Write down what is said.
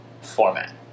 format